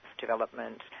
development